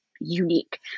unique